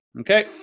Okay